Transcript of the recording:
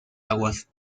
aguas